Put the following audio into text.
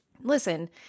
Listen